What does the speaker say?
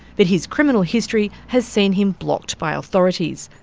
but his criminal history has seen him blocked by authorities,